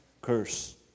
curse